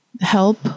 help